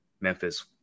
Memphis